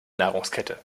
nahrungskette